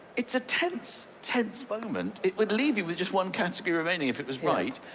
it's a tense, tense moment. it would leave you with just one category remaining if it was right.